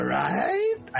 right